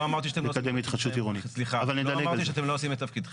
לא אמרתי שאתם לא עושים את עבודתכם.